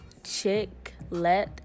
Chicklet